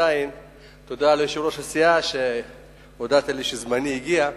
תודה ליושב-ראש הסיעה, שהודעת לי שזמני הגיע.